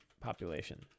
population